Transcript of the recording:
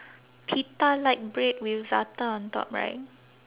pitta like bread with za'atar on top right